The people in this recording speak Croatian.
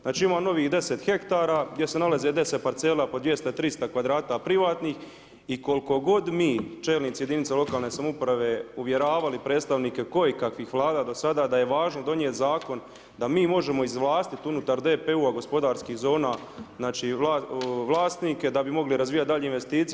Znači, imamo novih 10 hektara gdje se nalaze 10 parcela po 200-300 kvadrata privatnih i koliko god mi, čelnici jedinica lokalne samouprave uvjeravali predstavnike kojekakvih vlada do sada da je važno donijet zakon da mi možemo izvlastiti unutar DPU-a gospodarskih zona, znači, vlasnike da bi mogli razvijati daljnje investicije.